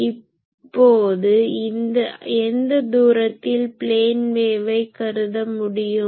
இப்போது எந்த தூரத்தில் ப்ளேன் வேவை கருத முடியும்